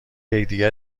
یکدیگر